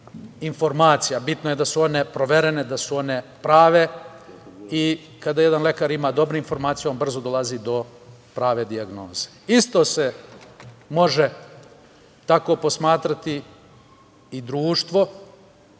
informacija. Bitno je da su one proverene, da su one prave i kada jedan lekar ima dobre informacije, on brzo dolazi do prave dijagnoze. Isto se može tako posmatrati i društvo